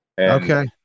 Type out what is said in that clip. Okay